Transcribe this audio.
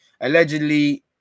Allegedly